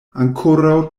ankoraŭ